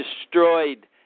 destroyed